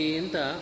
inta